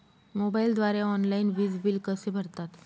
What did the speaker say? मोबाईलद्वारे ऑनलाईन वीज बिल कसे भरतात?